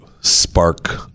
spark